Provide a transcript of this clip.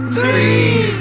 Three